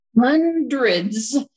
Hundreds